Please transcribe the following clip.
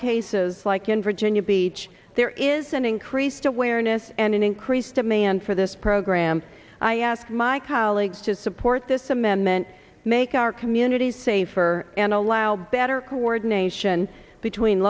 cases like in virginia beach there is an increased awareness and an increased demand for this program i asked my colleagues to support this amendment make our communities safer and allow better ordination between